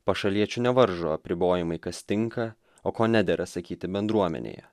pašaliečių nevaržo apribojimai kas tinka o ko nedera sakyti bendruomenėje